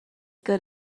good